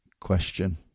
question